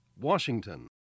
Washington